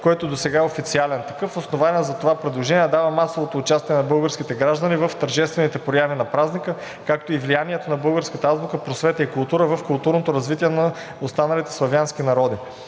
който досега е официален такъв. Основание за това предложение дава масовото участие на българските граждани в тържествените прояви на празника, както и влиянието на българската азбука, просвета и култура върху културното развитие на останалите славянски народи.